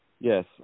Yes